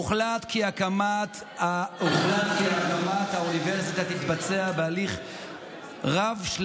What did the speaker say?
הוחלט כי הקמת האוניברסיטה תתבצע בהליך רב-שלבי,